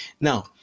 Now